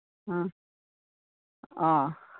ꯑꯥ ꯑꯥ